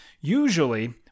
usually